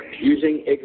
using